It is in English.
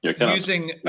using